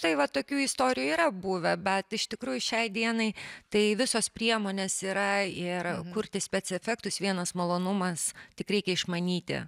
tai va tokių istorijų yra buvę bet iš tikrųjų šiai dienai tai visos priemonės yra ir kurti spec efektus vienas malonumas tik reikia išmanyti